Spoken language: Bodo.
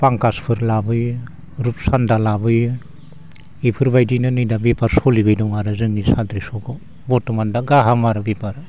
फांखासफोर लाबोयो रुपसान्दा लाबोयो बेफोरबायदिनो नै दा बेफार सोलिबाय दं आरो जोंनि साथे सगाव बरथमान दा गाहाम आरो बेफार